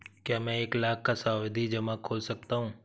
क्या मैं एक लाख का सावधि जमा खोल सकता हूँ?